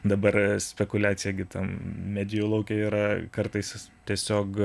dabar spekuliacija gi ten medijų lauke yra kartais tiesiog